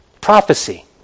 prophecy